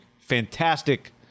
Fantastic